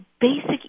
basic